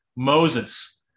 Moses